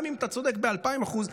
גם אם אתה צודק באלפיים אחוז,